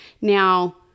Now